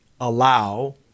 allow